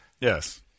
Yes